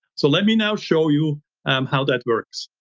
so let me now show you how that works.